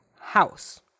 house